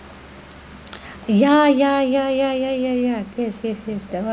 ya ya ya ya ya ya ya yes yes yes that one